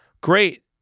great